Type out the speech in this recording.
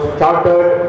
chartered